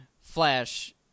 Flash